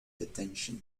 detention